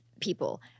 people